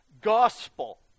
gospel